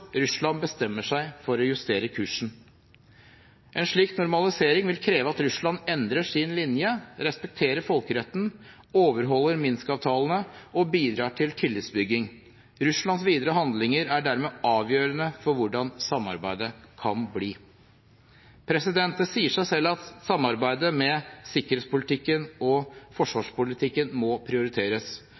Russland bestemmer seg for å justere kursen. En slik normalisering vil kreve at Russland endrer sin linje, respekterer folkeretten, overholder Minsk-avtalene og bidrar til tillitsbygging. Russlands videre handlinger er dermed avgjørende for hvordan samarbeidet kan bli. Det sier seg selv at samarbeidet om sikkerhetspolitikken og forsvarspolitikken må prioriteres.